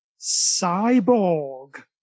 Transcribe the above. cyborg